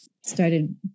started